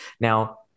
Now